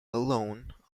alone